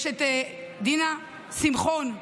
דינה שמחון,